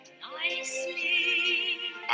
nicely